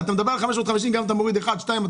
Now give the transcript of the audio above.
אתה מדבר על 550, גם אם אתה מוריד אחד או שניים,